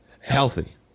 Healthy